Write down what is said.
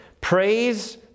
Praise